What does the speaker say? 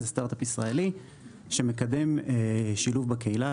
זה סטארט-אפ ישראלי שמקדם שילוב בקהילה,